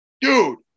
Dude